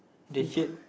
the shirt